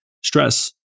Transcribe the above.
stress